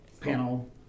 panel